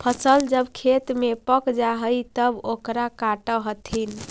फसल जब खेत में पक जा हइ तब ओकरा काटऽ हथिन